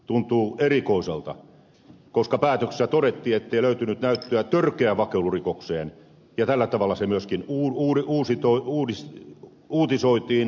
tuntuu erikoiselta koska päätöksessä todettiin ettei löytynyt näyttöä törkeään vakoilurikokseen ja tällä tavalla se myöskin uutisoitiin